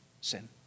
sin